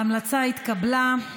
ההמלצה התקבלה.